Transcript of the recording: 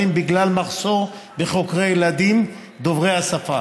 בגלל מחסור בחוקרי ילדים דוברי ערבית.